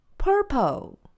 purple